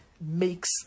makes